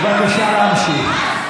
בבקשה להמשיך.